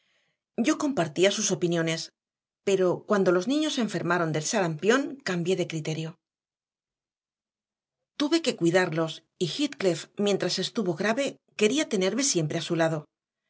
yo compartía sus opiniones pero cuando los niños enfermaron del sarampión cambié de criterio tuve que cuidarlos y heathcliff mientras estuvo grave quería tenerme siempre a su lado